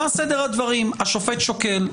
מה סדר הדברים: השופט שוקל,